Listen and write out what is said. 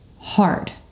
hard